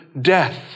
death